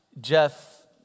Jeff